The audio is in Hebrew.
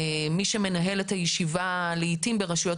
מי שמנהל את הישיבה לעתים ברשויות